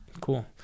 Cool